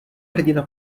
hrdina